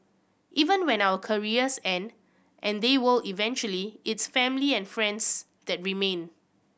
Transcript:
even when our careers end and they will eventually it's family and friends that remain